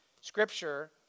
scripture